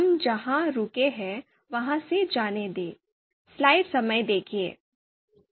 हम जहां रुके हैं वहां से जाने दें